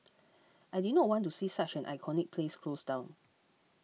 I did not want to see such an iconic place close down